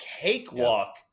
cakewalk